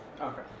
okay